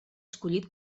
escollit